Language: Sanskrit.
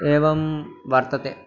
एवं वर्तते